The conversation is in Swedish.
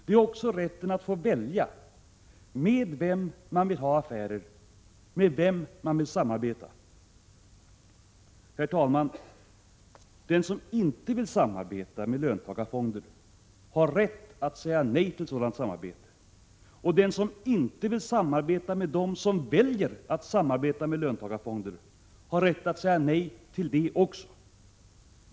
Det är också rätten att välja med vem man vill ha affärer och med vem man vill samarbeta. Herr talman! Den som inte vill samarbeta med löntagarfonder har rätt att säga nej till sådant samarbete. Den som inte vill samarbeta med dem som väljer att samarbeta med löntagarfonder har rätt att säga nej till det också.